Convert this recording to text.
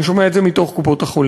אני שומע את זה מתוך קופות-החולים.